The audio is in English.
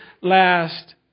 last